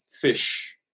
fish